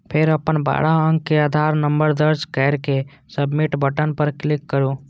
फेर अपन बारह अंक के आधार नंबर दर्ज कैर के सबमिट बटन पर क्लिक करू